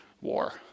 war